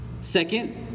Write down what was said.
Second